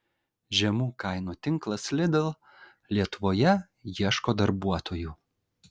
žemų kainų tinklas lidl lietuvoje ieško darbuotojų